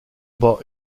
bas